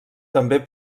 també